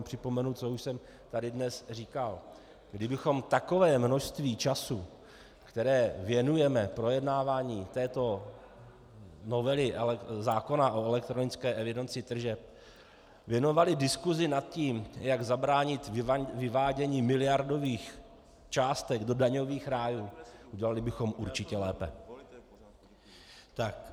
Jen připomenu, co už jsem tady dnes říkal: kdybychom takové množství času, které věnujeme projednávání této novely zákona o elektronické evidenci tržeb, věnovali diskusi nad tím, jak zabránit vyvádění miliardových částek do daňových rájů, udělali bychom určitě lépe.